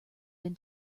been